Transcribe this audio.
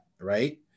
right